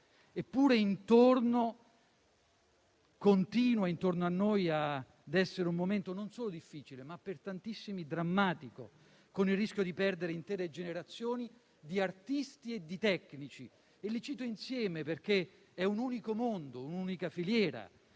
Eppure intorno a noi continua a essere un momento non solo difficile, ma per tantissimi drammatico con il rischio di perdere intere generazioni di artisti e di tecnici. Li cito insieme perché è un unico mondo, un'unica filiera.